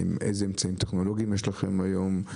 אילו אמצעים טכנולוגיים יש לכם היום?